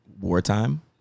wartime